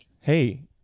Hey